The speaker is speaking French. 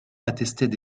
attestaient